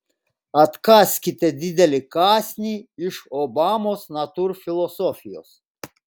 atkąskite didelį kąsnį iš obamos natūrfilosofijos